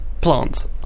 plants